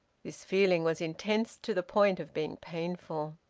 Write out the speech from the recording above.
this feeling was intense to the point of being painful.